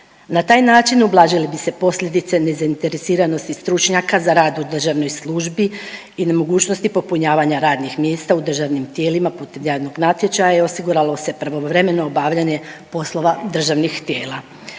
Na taj način ublažile bi se posljedice nezainteresiranosti stručnjaka za rad u državnoj službi i nemogućnosti popunjavanja radnih mjesta u državnim tijelima putem javnih natječaja i osiguralo se pravovremeno obavljanje poslova državnih tijela.